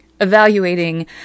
evaluating